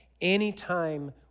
anytime